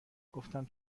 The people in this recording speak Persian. گفتم